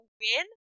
win